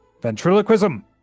Ventriloquism